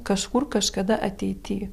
kažkur kažkada ateity